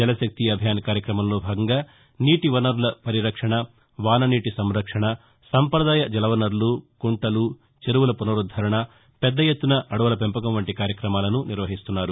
జలశక్తి అభియాన్ కార్యక్రమంలో భాగంగా నీటి వనరుల పరిరక్షణ వాననీటి సంరక్షణ సంప్రదాయ జలవనరులు కుంటలు చెరువుల పునరుద్దరణ పెద్ద ఎత్తున అడవుల పెంపకం వంటి కార్యక్రమాలను నిర్వహిస్తున్నారు